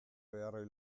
beharrei